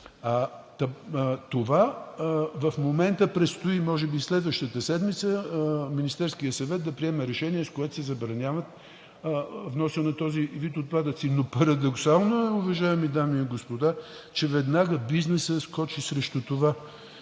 Това в момента предстои. Може би следващата седмица Министерският съвет ще приеме решение, с което се забранява вносът на този вид отпадъци. Но парадоксално е, уважаеми дами и господа, че веднага бизнесът скочи срещу това